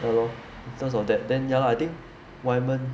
ya lor in terms of that then ya lah I think waiman